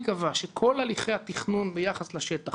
ייקבע שכל הליכי התכנון ביחס לשטח